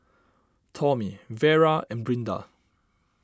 Tommie Vera and Brinda